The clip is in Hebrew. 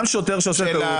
גם שוטר שעושה טעות,